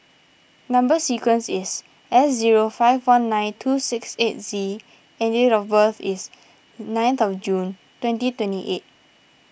Number Sequence is S zero five one nine two six eight Z and date of birth is ninth of June twenty twenty eight